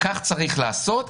כך צריך לעשות,